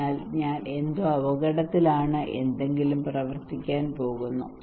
അതിനാൽ എന്തോ ഞാൻ അപകടത്തിലാണ് എന്തെങ്കിലും പ്രവർത്തിക്കാൻ പോകുന്നു